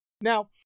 Now